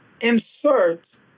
insert